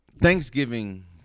Thanksgiving